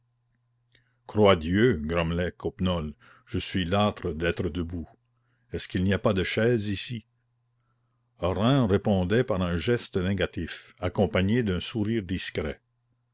croix dieu grommelait coppenole je suis las d'être debout est-ce qu'il n'y a pas de chaise ici rym répondait par un geste négatif accompagné d'un sourire discret